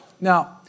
Now